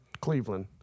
Cleveland